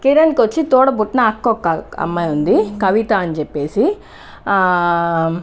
కిరణ్కి వచ్చి తోడబుట్టిన అక్క ఒక అమ్మాయి ఉంది కవిత అని చెప్పేసి